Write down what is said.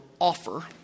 offer